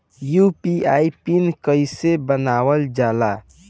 UPI PIN कइसे बनावल जाला?